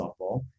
softball